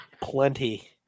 Plenty